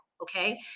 Okay